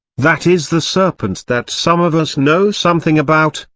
that is the serpent that some of us know something about,